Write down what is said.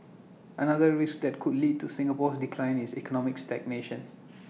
another risk that could lead to Singapore's decline is economic stagnation